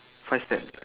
five stand